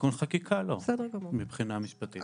בתיקון חקיקה לא, מבחינה משפטית.